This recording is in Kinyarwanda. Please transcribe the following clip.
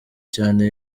cyane